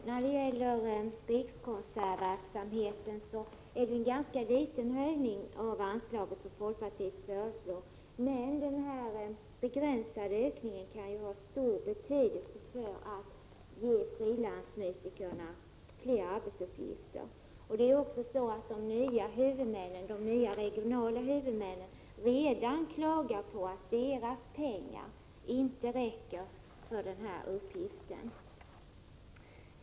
Herr talman! Folkpartiet föreslår en ganska liten höjning av anslaget till Rikskonserters verksamhet. Men denna begränsade höjning kan ha stor betydelse för att ge frilansmusikerna fler arbetsuppgifter. De nya regionala huvudmännen klagar redan över att deras pengar inte räcker till för uppgiften.